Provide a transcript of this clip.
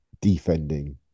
defending